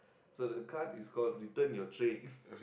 so the card is called return your tray